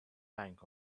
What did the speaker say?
bank